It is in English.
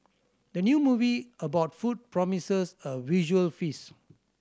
the new movie about food promises a visual feast